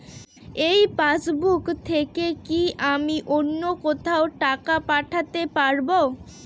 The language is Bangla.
এই পাসবুক থেকে কি আমি অন্য কোথাও টাকা পাঠাতে পারব?